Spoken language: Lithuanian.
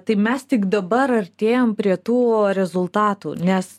tai mes tik dabar artėjam prie tų rezultatų nes